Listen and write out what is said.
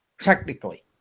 technically